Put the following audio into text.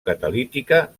catalítica